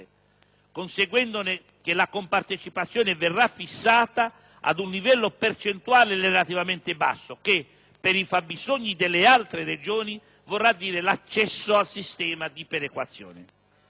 conseguendone che la compartecipazione verrà fissata ad un livello percentuale relativamente basso, che, per i fabbisogni delle altre Regioni, vorrà dire l'accesso al sistema di perequazione.